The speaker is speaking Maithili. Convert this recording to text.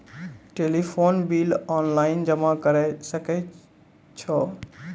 टेलीफोन बिल ऑनलाइन जमा करै सकै छौ?